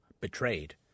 betrayed